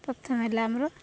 ପ୍ରଥମେ ହେଲା ଆମର